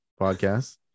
podcast